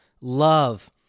love